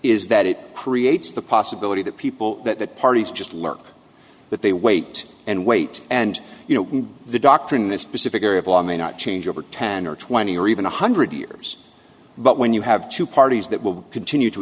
is that it creates the possibility that people that parties just lurk that they wait and wait and you know the doctor in that specific area of law may not change over ten or twenty or even one hundred years but when you have two parties that will continue to